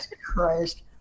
Christ